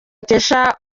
bakesha